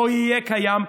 לא יהיה קיים.